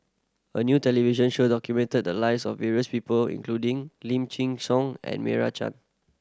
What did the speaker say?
a new television show documented the lives of various people including Lim Chin Siong and Meira Chand